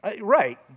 right